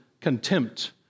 contempt